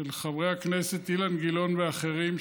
חברי הכנסת אילן גילאון ואחרים,